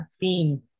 theme